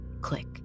Click